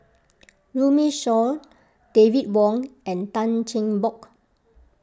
Runme Shaw David Wong and Tan Cheng Bock